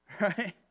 Right